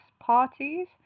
parties